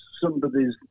somebody's